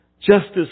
justice